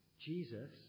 Jesus